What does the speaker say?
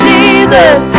Jesus